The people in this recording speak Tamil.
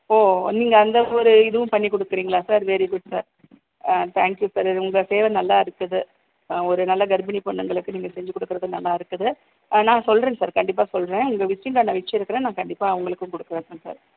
ஓ நீங்கள் அந்த ஒரு இதுவும் பண்ணிக்கொடுக்குறீங்களா சார் வெரி குட் சார் ஆ தேங்க் யூ சார் இது உங்கள் ஃபேவர் நல்லா இருக்குது ஆ ஒரு நல்ல கர்ப்பிணி பெண்களுக்கு நீங்கள் செஞ்சுக் கொடுக்கறது நல்லா இருக்குது ஆ நான் சொல்கிறேன் சார் கண்டிப்பாக சொல்கிறேன் உங்கள் விஸ்ட்டிங் கார்டு நான் வச்சிருக்கிறேன் நான் கண்டிப்பாக அவங்களுக்கும் கொடுக்குறேன் சார்